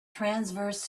transverse